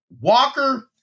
Walker